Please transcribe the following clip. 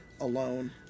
alone